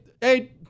hey